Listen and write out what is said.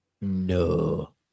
No